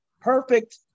perfect